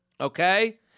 Okay